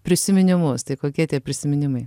prisiminimus tai kokie tie prisiminimai